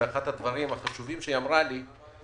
הדברים החשובים שאמרה לי המנכ"לית הוא